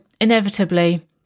inevitably